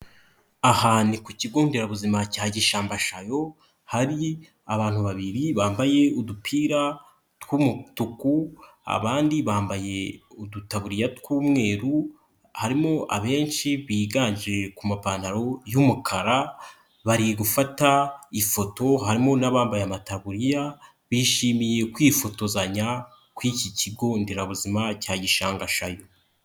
Aha ni ku kigo nderabuzima cya gishambashayo, hari abantu babiri bambaye udupira tw'umutuku abandi bambaye udutaburiya tw'umweru, harimo abenshi biganje ku mapantaro y'umukara bari gufata ifoto harimo n'abambaye amataburiya bishimiye kwifotozanya kw'iki kigo nderabuzima cya gishangashanyi.